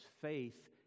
faith